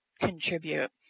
contribute